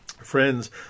Friends